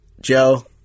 Joe